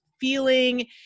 feeling